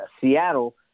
Seattle